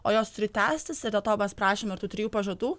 o jos turi tęstis ir dėl to mes prašėm ir tų trijų pažadų